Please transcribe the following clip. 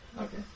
Okay